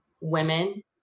women